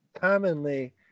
commonly